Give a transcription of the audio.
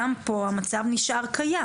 גם פה המצב נשאר קיים.